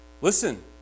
Listen